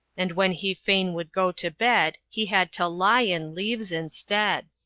and when he fain would go to bed, he had to lion leaves instead.